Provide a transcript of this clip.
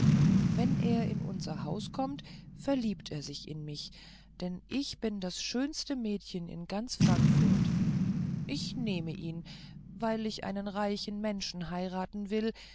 wenn er in unser haus kommt verliebt er sich in mich denn ich bin das schönste mädchen in ganz frankfurt ich nehme ihn weil ich einen reichen menschen heiraten will